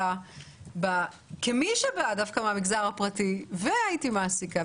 שכמי שבאה מהמגזר הפרטי והייתי מעסיקה,